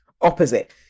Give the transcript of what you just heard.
opposite